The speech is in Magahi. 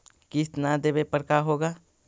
किस्त न देबे पर का होगा?